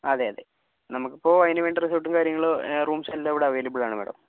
അതെ അതെ നമുക്കിപ്പോൾ അതിനുവേണ്ട റിസോർട്ടും കാര്യങ്ങളും റൂംസ് എല്ലാം ഇവിടെ അവൈലബിൾ ആണ് മാഡം